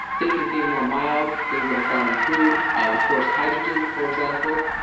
taking things more mild, things that are found in food, of course hydrogen, for example,